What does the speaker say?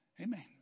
Amen